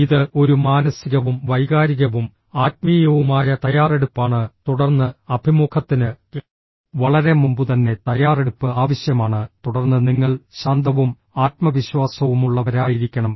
ഇത് ഒരു മാനസികവും വൈകാരികവും ആത്മീയവുമായ തയ്യാറെടുപ്പാണ് തുടർന്ന് അഭിമുഖത്തിന് വളരെ മുമ്പുതന്നെ തയ്യാറെടുപ്പ് ആവശ്യമാണ് തുടർന്ന് നിങ്ങൾ ശാന്തവും ആത്മവിശ്വാസവുമുള്ളവരായിരിക്കണം